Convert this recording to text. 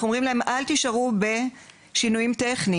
אנחנו אומרים להם אל תישארו בשינויים טכניים,